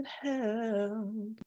help